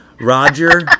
Roger